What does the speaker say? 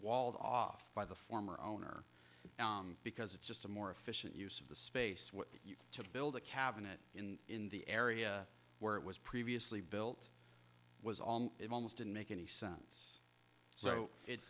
walled off by the former owner because it's just a more efficient use of the space what you can to build a cabinet in in the area where it was previously built was it almost didn't make any sense so it